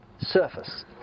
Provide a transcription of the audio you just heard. surface